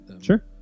Sure